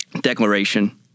declaration